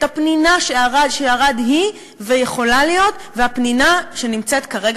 את הפנינה שערד היא ויכולה להיות והפנינה שנמצאת כרגע